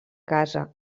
casa